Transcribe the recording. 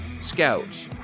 scouts